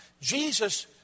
Jesus